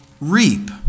reap